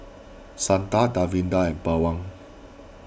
Santha Davinder and Pawan